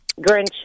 Grinch